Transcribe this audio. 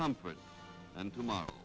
comfort and tomorrow